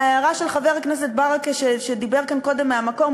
וההערה של חבר הכנסת ברכה שדיבר כאן קודם מהמקום,